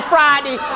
Friday